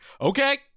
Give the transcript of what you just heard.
okay